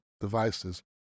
devices